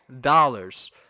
dollars